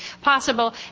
possible